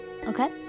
Okay